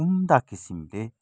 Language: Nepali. उम्दा किसिमले